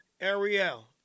Ariel